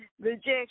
Rejection